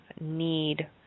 need